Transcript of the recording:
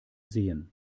sehen